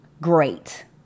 Great